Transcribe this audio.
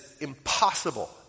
impossible